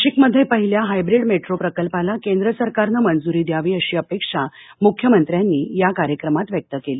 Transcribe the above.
नाशिकमध्ये पहिल्या hybrid metro प्रकल्पाला केंद्र सरकारनं मंजूरी द्यावी अशी अपेक्षा मुख्यमंत्र्यांनी या कार्यक्रमात व्यक्त केली